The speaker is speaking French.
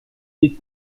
guide